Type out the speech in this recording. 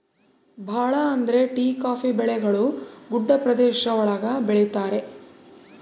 ಭಾಳ ಅಂದ್ರೆ tea coffee ಬೆಳೆಗಳು ಗುಡ್ಡ ಪ್ರದೇಶ ಒಳಗ ಬೆಳಿತರೆ